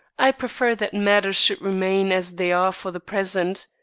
i prefer that matters should remain as they are for the present.